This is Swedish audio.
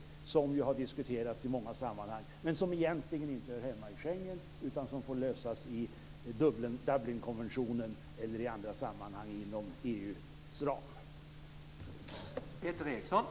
Detta är något som har diskuterats i många sammanhang men som egentligen inte hör hemma inom Schengen utan får lösas inom ramen för Dublinkonventionen eller i andra sammanhang inom EU:s ram.